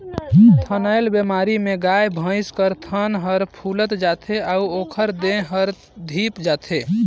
थनैल बेमारी में गाय, भइसी कर थन हर फुइल जाथे अउ ओखर देह हर धिप जाथे